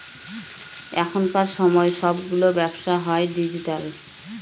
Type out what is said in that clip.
এখনকার সময় সবগুলো ব্যবসা হয় ডিজিটাল